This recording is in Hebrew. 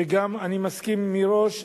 וגם אני מסכים מראש,